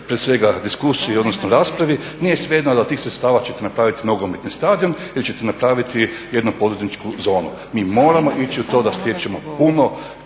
prije svega diskusiji odnosno raspravi, nije svejedno … od tih sredstava ćete napravit nogometni stadion ili ćete napraviti jednu poduzetničku zonu. Mi moramo ići u to da stječemo puno